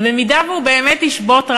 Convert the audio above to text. ובמידה שהוא באמת ישבות רעב,